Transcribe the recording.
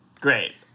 Great